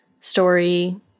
story